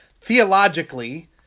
theologically